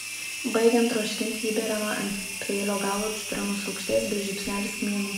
baigiant troškinti įberiama ant peilio galo citrinos rūgšties bei žiupsnelis kmynų